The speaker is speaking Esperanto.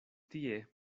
tie